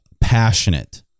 passionate